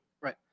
right